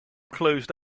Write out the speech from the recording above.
closed